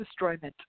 destroyment